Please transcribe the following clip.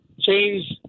change